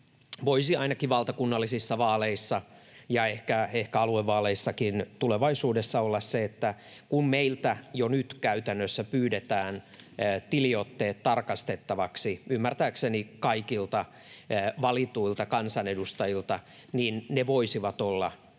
voisi ainakin valtakunnallisissa vaaleissa ja ehkä aluevaaleissakin tulevaisuudessa olla se, että kun meiltä jo nyt käytännössä pyydetään tiliotteet tarkastettaviksi — ymmärtääkseni kaikilta valituilta kansanedustajilta — niin ne voisivat hyvin